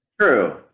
True